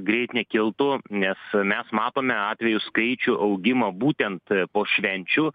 greit nekiltų nes mes matome atvejų skaičių augimą būtent po švenčių